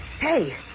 Hey